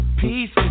peace